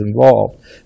involved